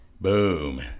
Boom